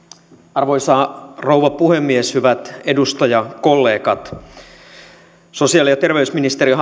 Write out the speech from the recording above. arvoisa rouva puhemies hyvät edustajakollegat sosiaali ja terveysministeriön